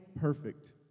perfect